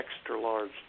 extra-large